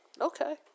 Okay